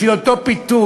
בשביל אותו פיתוי,